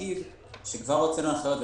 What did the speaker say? כבר הוצאנו הנחיות,